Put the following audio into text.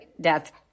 death